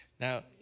Now